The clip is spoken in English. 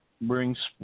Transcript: brings